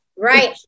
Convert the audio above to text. right